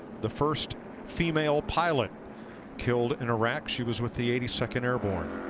the first female pilot killed in iraq. she was with the eighty second airborne.